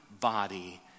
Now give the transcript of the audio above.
body